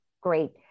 great